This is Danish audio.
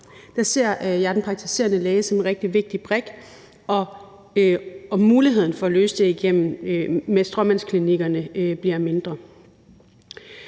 Der ser jeg den praktiserende læge som en rigtig vigtig brik, mens muligheden for at løse det med stråmandsklinikkerne bliver mindre.